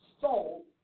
soul